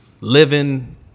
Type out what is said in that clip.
living